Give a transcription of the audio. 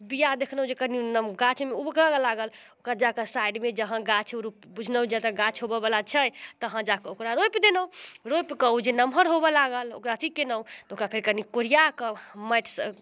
बिआ देखलहुँ जे कनि नम गाछमे उमगऽ लागल ओकरा जाकऽ साइडमे जहाँ गाछ रो बुझलहुँ जतऽ गाछ होबऽवला छै तहाँ जाकऽ ओकरा रोपि देलहुँ रोपिकऽ ओ जे नमहर होबऽ लागल ओकरा अथी केलहुँ तऽ ओकरा कनि कोरिआकऽ माटिसँ